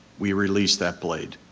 we release that blade,